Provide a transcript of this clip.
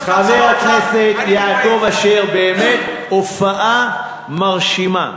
חבר הכנסת יעקב אשר, באמת הופעה מרשימה.